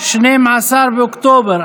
שמונה חברי כנסת בעד.